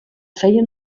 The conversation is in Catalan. feien